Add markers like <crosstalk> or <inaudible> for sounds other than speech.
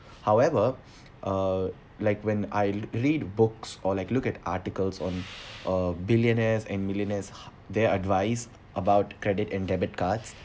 however <breath> uh like when I read books or like look at the articles on uh billionaires and millionaires <breath> their advice about credit and debit cards